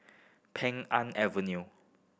Pheng Avenue